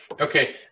okay